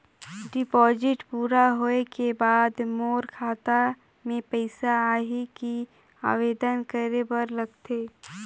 Deposit पूरा होय के बाद मोर खाता मे पइसा आही कि आवेदन करे बर लगथे?